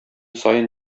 саен